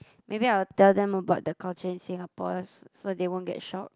maybe I will tell them about the culture in Singapore so they won't get shocked